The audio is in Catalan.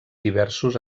diversos